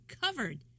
covered